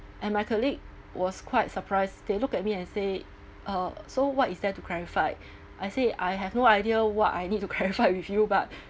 and my colleague was quite surprised they looked at me and say uh so what is there to clarify I say I have no idea what I need to clarify with you but